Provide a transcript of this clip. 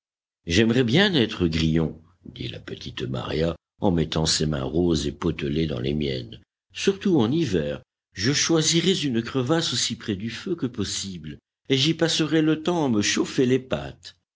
j'aimerais bien être grillon dit la petite maria en mettant ses mains roses et potelées dans les miennes surtout en hiver je choisirais une crevasse aussi près du feu que possible et j'y passerais le temps à me chauffer les pattes